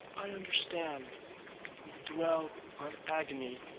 i understand you dwell on agony,